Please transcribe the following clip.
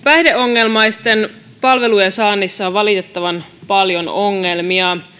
päihdeongelmaisten palvelujen saannissa on valitettavan paljon ongelmia